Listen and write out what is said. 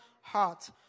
heart